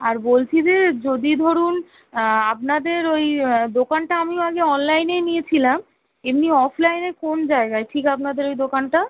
আর বলছি যে যদি ধরুন আপনাদের ওই দোকানটা আমিও আগে অনলাইনেই নিয়েছিলাম এমনিই অফলাইনের কোন জায়গায় ঠিক আপনাদের ওই দোকানটা